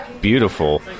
beautiful